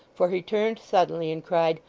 for he turned suddenly and cried,